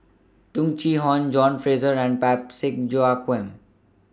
Tung Chye Hong John Fraser and Parsick Joaquim